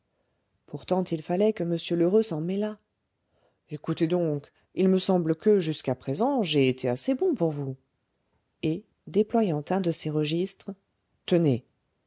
pourtant il fallait que m lheureux s'en mêlât écoutez donc il me semble que jusqu'à présent j'ai été assez bon pour vous et déployant un de ses registres tenez